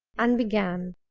and began